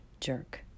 jerk